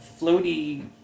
floaty